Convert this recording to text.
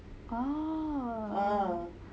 ah